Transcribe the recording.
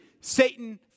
Satan